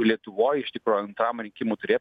lietuvoj iš tikro antram rinkimų ture